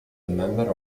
member